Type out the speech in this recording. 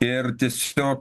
ir tiesiog